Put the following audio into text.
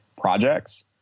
projects